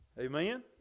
Amen